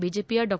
ಬಿಜೆಪಿಯ ಡಾ